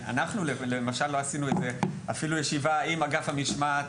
אנחנו למשל לא עשינו על זה אפילו ישיבה עם אגף המשמעת